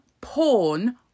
porn